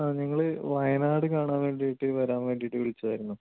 ആ ഞങ്ങള് വയനാട് കാണാൻ വേണ്ടിയിട്ട് വരാൻ വേണ്ടിയിട്ട് വിളിച്ചതായിരുന്നു